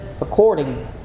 according